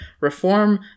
Reform